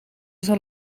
zal